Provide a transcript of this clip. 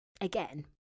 Again